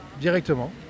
directement